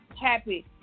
Happy